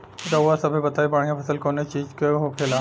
रउआ सभे बताई बढ़ियां फसल कवने चीज़क होखेला?